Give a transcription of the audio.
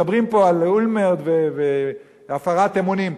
מדברים פה על אולמרט והפרת אמונים,